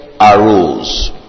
arose